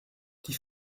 die